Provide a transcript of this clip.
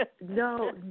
No